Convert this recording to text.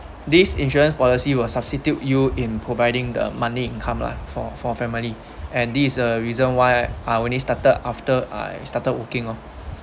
these insurance policy will substitute you in providing the money income [lah]for for family and this is the reason why I only started after I started working oh